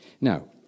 Now